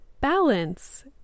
balance